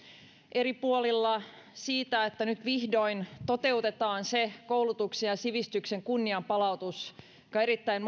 eri puolilla siitä että nyt vihdoin toteutetaan se koulutuksen ja sivistyksen kunnianpalautus jota erittäin